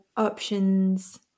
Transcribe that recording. options